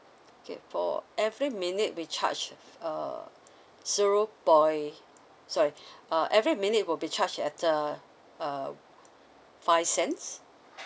okay for every minute we charged uh zero point sorry uh every minute will be charged at the uh five cents